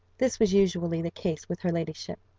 this was usually the case with her ladyship.